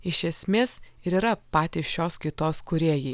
iš esmės ir yra patys šios kaitos kūrėjai